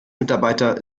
mitarbeiter